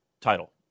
title